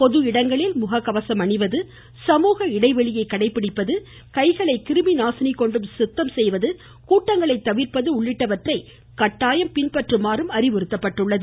பொதுஇடங்களில் முக கவசம் அணிவது சமூக இடைவெளியினை கடைபிடிப்பது கைகளை கிருமிநாசினி கொண்டு சுத்தம் செய்வது கூட்டங்களை தவிர்ப்பது உள்ளிட்டவற்றை கட்டாயம் பின்பற்றுமாறும் அறிவுறுத்தப்பட்டுள்ளது